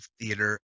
theater